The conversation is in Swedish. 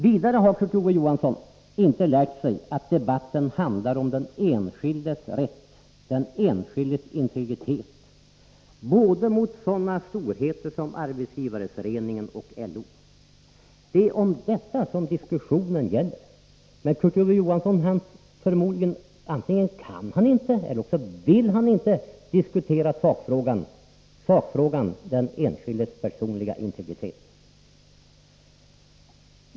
Vidare har Kurt Ove Johansson inte lärt sig att debatten handlar om den enskildes rätt och integritet mot sådana storheter som Arbetsgivareförening en och LO. Det är detta diskussionen gäller. Men Kurt Ove Johansson antingen inte kan eller också inte vill diskutera sakfrågan: den enskildes personliga integritet.